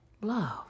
love